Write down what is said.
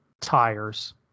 tires